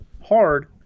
hard